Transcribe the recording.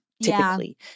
typically